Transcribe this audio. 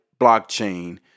blockchain